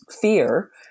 fear